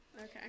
okay